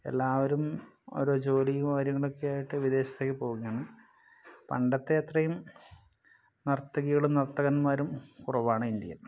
എല്ലാവരും ഓരോ ജോലിയും കാര്യങ്ങളൊക്കെയായിട്ട് വിദേശത്തേക്കു പോവുകയാണ് പണ്ടത്തെ അത്രയും നർത്തകികളും നർത്തകന്മാരും കുറവാണ് ഇന്ത്യയിൽ